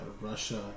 Russia